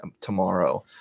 tomorrow